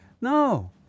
No